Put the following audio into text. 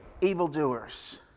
evildoers